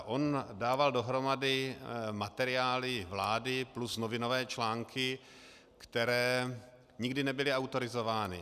On dával dohromady materiály vlády plus novinové články, které nikdy nebyly autorizovány.